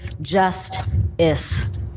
just-is